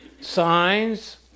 signs